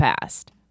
past